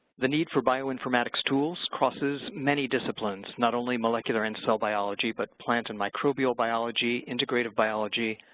the need for bioinformatics tools crosses many disciplines not only molecular and cell biology but plant and microbial biology, integrative biology,